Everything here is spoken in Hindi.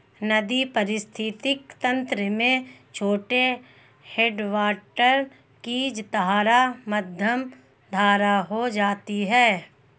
नदी पारिस्थितिक तंत्र में छोटे हैडवाटर की धारा मध्यम धारा हो जाती है